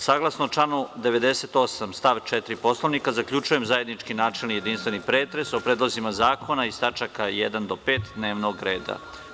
Saglasno članu 98. stav 4. Poslovnika, zaključujem zajednički načelni i jedinstveni pretres o predlozima zakona iz tačaka 1. do 5. dnevnog reda.